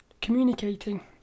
communicating